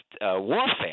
warfare